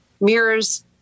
Mirrors